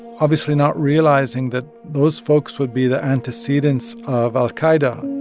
obviously not realizing that those folks would be the antecedents of al-qaida